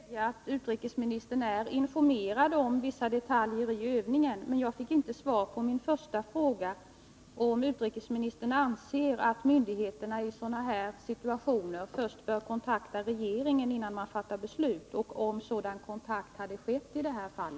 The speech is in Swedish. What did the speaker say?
Fru talman! Jag hör till min glädje att utrikesministern är informerad om vissa detaljer i övningen, men jag fick inte svar på min första fråga om utrikesministern anser att myndigheterna i sådana här situationer bör kontakta regeringen innan de fattar beslut och om sådan kontakt har ägt rum i detta fall.